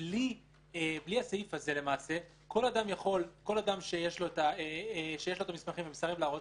בלי הסעיף הזה כל אדם שיש לו מסמכים ומסרב להראות,